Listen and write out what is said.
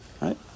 Right